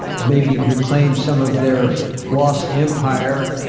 maybe reclaim some of their lost empire.